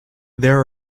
there